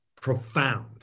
profound